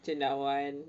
cendawan